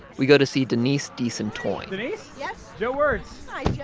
we go to see denise deason-toyne denise? yes? joe wertz hi, yeah